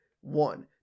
One